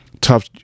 tough